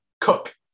cook